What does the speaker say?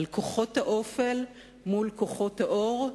על כוחות האופל מול כוחות האור.